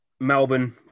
Melbourne